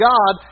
God